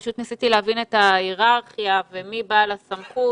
פשוט ניסיתי להבין את ההיררכיה ומי בעל הסמכות.